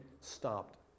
stopped